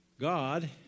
God